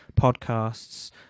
podcasts